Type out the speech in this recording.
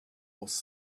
was